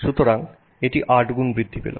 সুতরাং এটি 8 গুণ বৃদ্ধি পেল